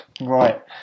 Right